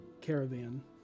caravan